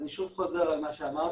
אני שוב חוזר על מה שאמרתי,